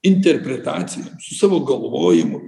interpretacijom su savo galvojimu